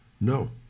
No